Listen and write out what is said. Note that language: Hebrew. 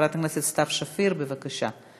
חברת הכנסת סתיו שפיר, בבקשה.